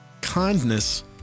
Kindness